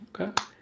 okay